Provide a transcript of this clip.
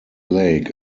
lake